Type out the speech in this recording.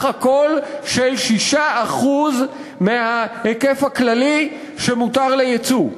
הכול של 6% מההיקף הכללי שמותר לייצור.